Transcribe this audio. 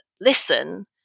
listen